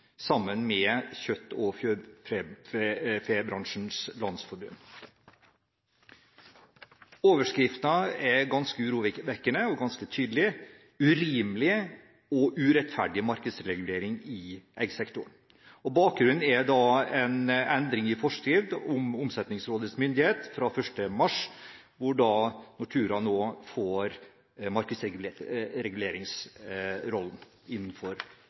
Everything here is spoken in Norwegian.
sammen med Kjøtt- og fjørfebransjens Landsforbund. Overskriften er ganske urovekkende og tydelig: «Urimelig og urettferdig markedsregulering i eggsektoren». Bakgrunnen er en endring i forskrift om Omsetningsrådets myndighet fra 1. mars, hvor Nortura nå får